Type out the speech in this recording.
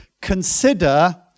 Consider